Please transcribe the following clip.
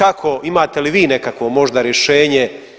Imate li vi nekakvo možda rješenje?